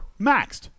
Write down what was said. maxed